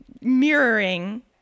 mirroring